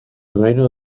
reino